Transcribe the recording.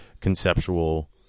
conceptual